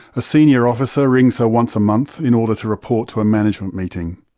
a senior officer rings her once a month in order to report to a management meeting.